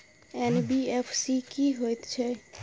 NBFC की हएत छै?